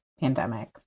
pandemic